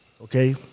okay